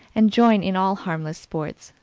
and join in all harmless sports,